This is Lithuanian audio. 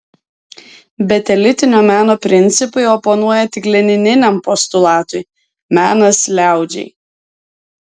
bet elitinio meno principai oponuoja tik lenininiam postulatui menas liaudžiai